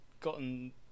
gotten